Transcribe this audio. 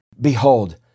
Behold